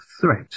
threat